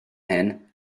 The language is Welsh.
hyn